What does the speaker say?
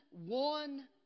one